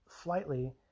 slightly